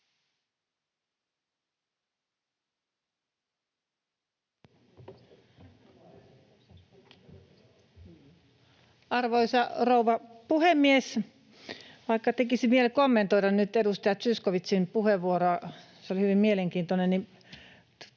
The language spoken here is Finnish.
Arvoisa rouva puhemies! Vaikka tekisi mieli kommentoida nyt edustajat Zyskowiczin puheenvuoroa — se oli hyvin mielenkiintoinen — niin